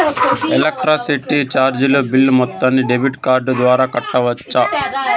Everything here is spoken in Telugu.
ఎలక్ట్రిసిటీ చార్జీలు బిల్ మొత్తాన్ని డెబిట్ కార్డు ద్వారా కట్టొచ్చా?